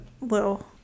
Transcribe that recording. little